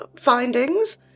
findings